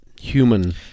human